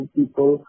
people